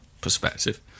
perspective